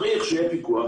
צריך שיהיה פיקוח.